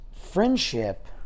friendship